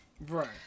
Right